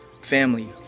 family